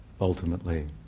ultimately